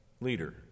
leader